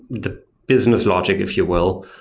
the business logic if you will,